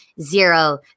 zero